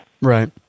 Right